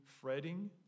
fretting